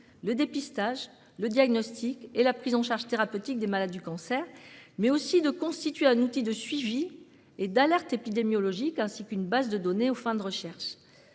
le dépistage, le diagnostic et la prise en charge thérapeutique des malades du cancer, mais aussi de constituer un outil de suivi et d'alerte épidémiologique, ainsi qu'une base de données à des fins de recherche.